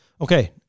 Okay